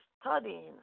studying